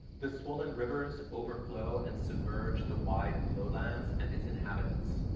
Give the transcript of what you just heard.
the swollen rivers overflow and submerge the wide lowlands and its inhabitants.